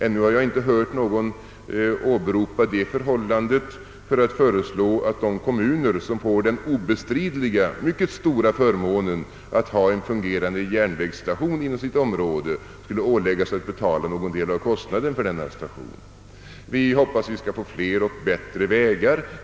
Ännu har jag inte hört någon åberopa det förhållandet för att föreslå, att de kommuner som får den obestridliga, mycket stora förmånen att ha en fungerande järnvägsstation inom sitt område skulle åläggas att betala någon del av kostnaden för denna station. Vi hoppas att vi skall få flera och bättre vägar.